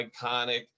iconic